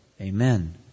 Amen